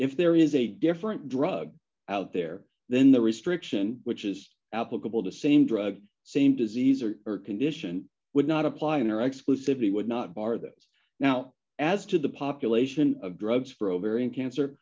if there is a different drug out there then the restriction which is applicable to same drug same disease or condition would not apply in their exclusivity would not bar those now as to the population of drugs for ovarian cancer